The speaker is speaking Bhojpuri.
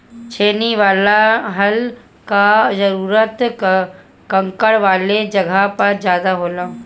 छेनी वाला हल कअ जरूरत कंकड़ वाले जगह पर ज्यादा होला